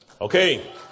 Okay